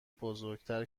بزرگتر